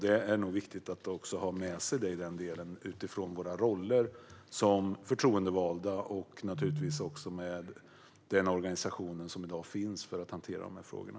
Det är viktigt att ha med sig det utifrån våra roller som förtroendevalda och med den organisation som i dag finns för att hantera frågorna.